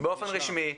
באופן רשמי.